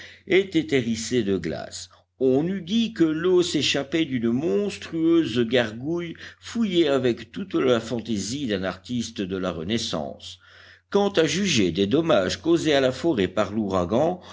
étaient hérissés de glaces on eût dit que l'eau s'échappait d'une monstrueuse gargouille fouillée avec toute la fantaisie d'un artiste de la renaissance quant à juger des dommages causés à la forêt par l'ouragan